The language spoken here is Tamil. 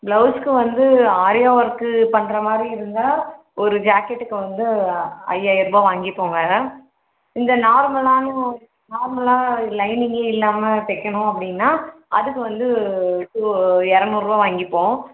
ப்ளௌஸுக்கு வந்து ஆரி ஒர்க்கு பண்ணுற மாதிரி இருந்தால் ஒரு ஜாக்கெட்டுக்கு வந்து ஐயாயரரூபா வாங்கிப்போங்க இந்த நார்மலான நார்மலாக லைனிங்கே இல்லாமல் தைக்கணும் அப்படின்னா அதுக்கு வந்து டூ இரநூரூவா வாங்கிப்போம்